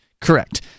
Correct